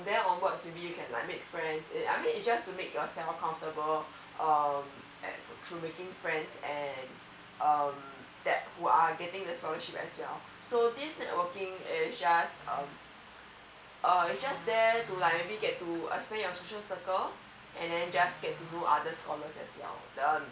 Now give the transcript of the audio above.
there onwards maybe you can like make friends yeah I mean it just to make yourself comfortable uh through making friends and um that who are getting scholarship as well so this networking is just uh just there to like I mean get to expand your social circle and then just get to know other scholars as well